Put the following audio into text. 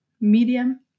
medium